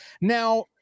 Now